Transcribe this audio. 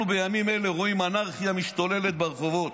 בימים אלה אנחנו רואים אנרכיה משתוללת ברחובות.